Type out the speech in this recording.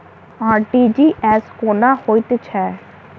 RTGS कोना होइत छै?